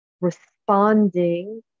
responding